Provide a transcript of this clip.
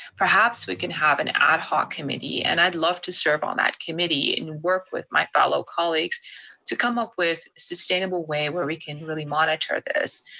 perhaps we can have an ad hoc committee, and i'd love to serve on that committee, and work with my fellow colleagues to come up with a sustainable way where we can really monitor this.